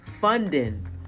funding